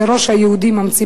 זה הראש היהודי ממציא